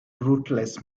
rootless